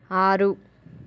ఆరు